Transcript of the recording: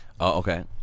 okay